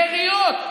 יריות,